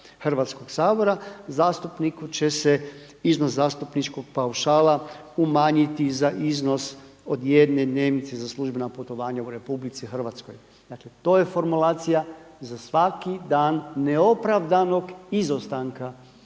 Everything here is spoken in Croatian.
Hrvatskog sabora zastupniku će se iznos zastupničkog paušala umanjiti za iznos od jedne dnevnice za službena putovanja u Republici Hrvatskoj.“ Dakle, to je formulacija za svaki dan neopravdanog izostanka